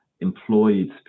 employed